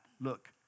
look